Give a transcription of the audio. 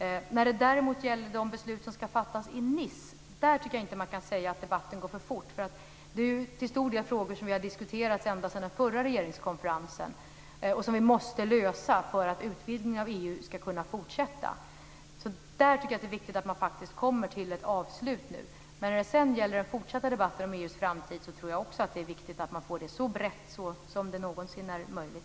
När det däremot gäller de beslut som ska fattas i Nice tycker jag inte att man kan säga att debatten går för fort. Det är ju till stor del frågor som vi har diskuterat ända sedan den förra regeringskonferensen och som vi måste lösa för att utvidgningen av EU ska kunna fortsätta. Jag tycker att det är viktigt att man faktiskt kommer till ett avslut nu. Men när det gäller den fortsatta debatten om EU:s framtid tror jag också att det är viktigt att man får den så bred som det någonsin är möjligt.